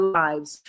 lives